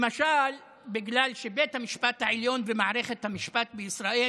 למשל, בגלל שבית המשפט העליון ומערכת המשפט בישראל